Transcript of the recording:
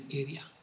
area